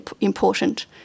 important